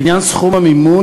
לעניין סכום המימון,